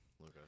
Okay